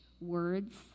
words